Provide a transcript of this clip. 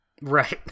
Right